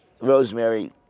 Rosemary